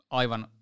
aivan